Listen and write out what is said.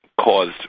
caused